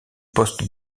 poste